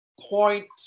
point